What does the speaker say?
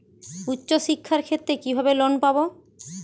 উচ্চশিক্ষার ক্ষেত্রে কিভাবে লোন পাব?